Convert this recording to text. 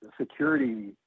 security